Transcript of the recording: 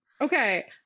Okay